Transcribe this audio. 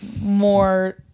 more